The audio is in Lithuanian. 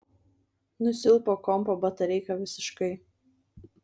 nusilpo kompo batareika visiškai